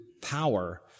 power